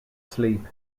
sleep